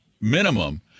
minimum